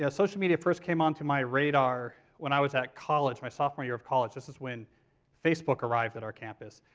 ah social media first came onto my radar when i was at college, my sophomore year of college, this is when facebook arrived at our campus.